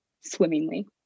swimmingly